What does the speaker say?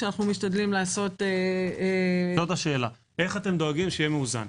ומשתדלים לעשות- - זו השאלה איך אתם דואגים שיהיה מאוזן?